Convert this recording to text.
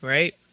Right